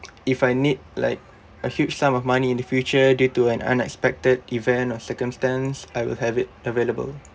if I need like a huge sum of money in the future due to an unexpected event or circumstance I will have it available